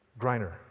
Griner